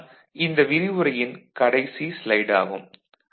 இது தான் இந்த விரிவுரையின் கடைசி ஸ்லைடு ஆகும்